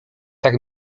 tak